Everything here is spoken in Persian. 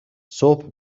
صبح